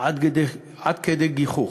עד כדי גיחוך.